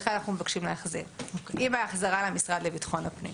לכן אנחנו מבקשים להחזיר עם ההחזרה למשרד לביטחון הפנים.